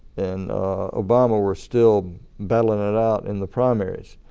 and obama were still battling it out in the primaries.